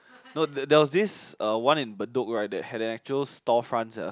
no there there was this uh one in Bedok right that had an actual store front ya